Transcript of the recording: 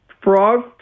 Frog